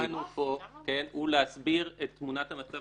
התפקיד שלנו פה הוא להסביר את תמונת המצב